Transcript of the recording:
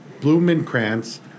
Blumenkrantz